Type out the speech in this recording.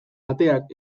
ateak